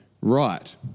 right